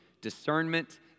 discernment